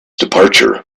departure